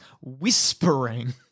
whispering